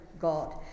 God